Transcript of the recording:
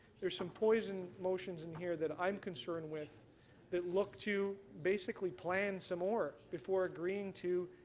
there's some poison motions in here that i'm concerned with that look to basically plan some more before agreeing to